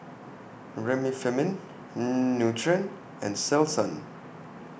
Remifemin Nutren and Selsun